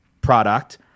product